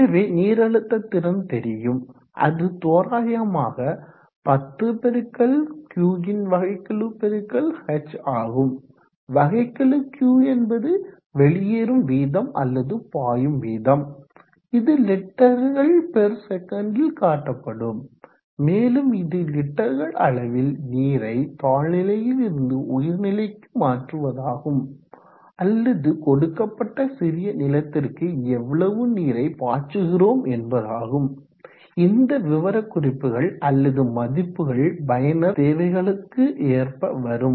எனவே நீரழுத்த திறன் தெரியும் அது தோராயமாக 10 பெருக்கல் Q ன் வகைக்கெழு பெருக்கல் h ஆகும் வகைக்கெழு Q என்பது வெளியேறும் வீதம் அல்லது பாயும் வீதம் இது லிட்டர்கள் பெர் செகண்ட்ல் காட்டப்படும் மேலும் இது லிட்டர்கள் அளவில் நீரை தாழ்நிலையில் இருந்து உயர்நிலைக்கு மாற்றுவதாகும் அல்லது கொடுக்கப்பட்ட சிறிய நிலத்திற்கு எவ்வளவு நீரை பாய்ச்சுகிறோம் என்பதாகும் இந்த விவரக்குறிப்புகள் அல்லது மதிப்புகள் பயனர் தேவைகளுக்கேற்ப வரும்